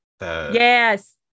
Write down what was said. Yes